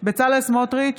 בצלאל סמוטריץ'